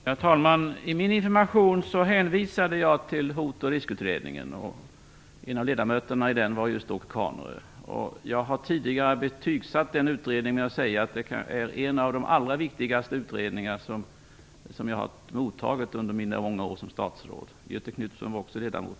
Herr talman! I min information hänvisade jag till Hot och riskutredningen. En av ledamöterna i den var Åke Carnerö, en annan var Göthe Knutson. Jag har tidigare betygsatt den och sagt att det är en av de allra viktigaste utredningar jag har mottagit som statsråd.